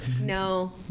no